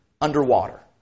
underwater